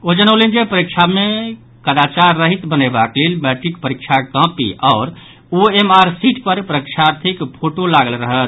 ओ जनौलनि जे परीक्षा के कदाचार रहित बनयबाक लेल मैट्रिक परीक्षाक कॉपी आओर ओएमआर सीट पर परीक्षार्थिक फोटो लागल रहत